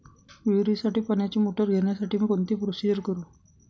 विहिरीसाठी पाण्याची मोटर घेण्यासाठी मी कोणती प्रोसिजर करु?